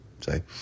say